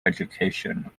education